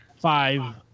five